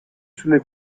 sulle